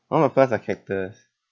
all my plants are cactus